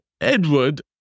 Edward